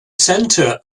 center